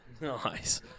Nice